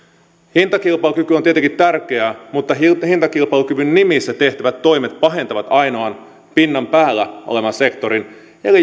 hintakilpailukyky on tietenkin tärkeä mutta hintakilpailukyvyn nimissä tehtävät toimet pahentavat ainoan pinnan päällä olevan sektorin eli